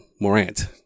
Morant